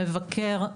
המבקר,